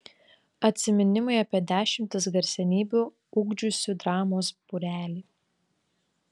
atsiminimai apie dešimtis garsenybių ugdžiusį dramos būrelį